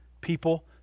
people